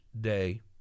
Day